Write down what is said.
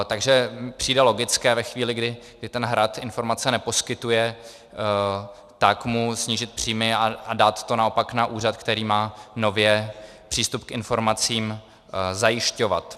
Takže mi přijde logické ve chvíli, kdy ten Hrad informace neposkytuje, tak mu snížit příjmy a dát to naopak na úřad, který má nově přístup k informacím zajišťovat.